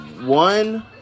one